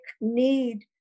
need